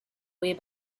way